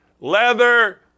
leather